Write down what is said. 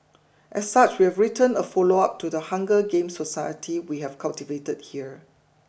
as such we've written a follow up to the Hunger Games society we have cultivated here